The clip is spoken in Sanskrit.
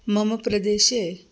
मम प्रदेशे